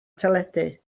teledu